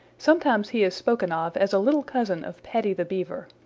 sometimes he is spoken of as a little cousin of paddy the beaver.